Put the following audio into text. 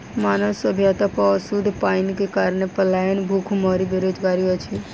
मानव सभ्यता पर अशुद्ध पाइनक कारणेँ पलायन, भुखमरी, बेरोजगारी अछि